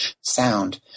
sound